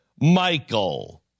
Michael